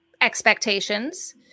expectations